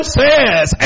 says